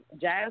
jazz